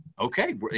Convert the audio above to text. okay